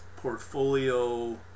portfolio